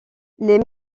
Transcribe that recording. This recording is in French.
les